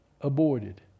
aborted